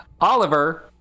Oliver